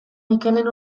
mikelen